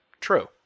true